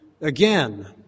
again